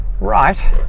right